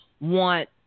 want